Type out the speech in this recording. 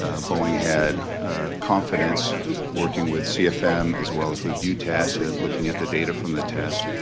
boeing had confidence working with cfm as well as with utas at looking at the data from the test,